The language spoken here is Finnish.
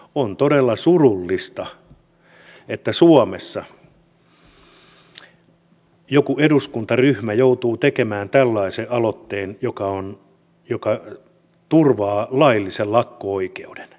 on todella surullista että suomessa joku eduskuntaryhmä joutuu tekemään tällaisen aloitteen joka turvaa laillisen lakko oikeuden